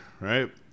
right